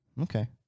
Okay